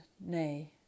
Nay